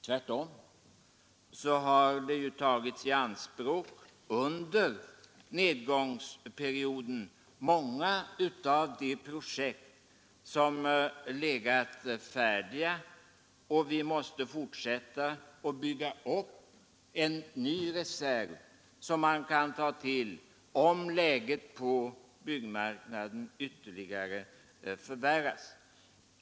Tvärtom har under nedgångsperioden tägits i anspråk många av de projekt som legat färdiga, och vi måste därför fortsätta att bygga upp en ny reserv, som man kan ta till om läget på byggmarknaden ytterligare förvärras.